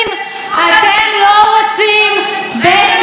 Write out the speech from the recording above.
אתם רוצים בית משפט כפוף,